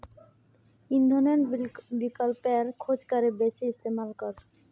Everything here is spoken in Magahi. इंधनेर विकल्पेर खोज करे बेसी इस्तेमाल कर